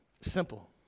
Simple